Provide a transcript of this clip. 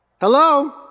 Hello